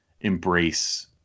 embrace